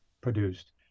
produced